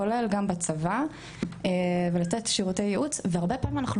כולל גם בצבא ולתת שירותי ייעוץ והרבה פעמים אנחנו